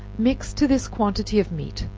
mix to this quantity of meat,